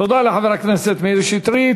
תודה לחבר הכנסת מאיר שטרית.